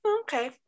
okay